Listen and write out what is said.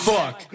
Fuck